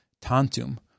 tantum